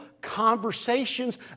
conversations